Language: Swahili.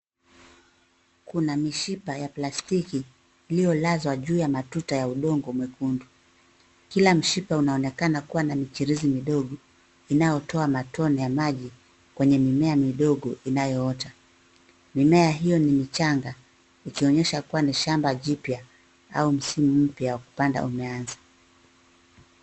Kuna mishipa ya plastiki iliyolazwa juu ya matuta ya udongo mwekundu. Kila mshipa unaonekana kua na michirizi midogo inayotoa matone ya maji kwenye mimea midogo inayoota. Mimea hiyo ni michanga ikionyesha ya kua ni shamba jipya au msimu mpya wa kupanda umeanza.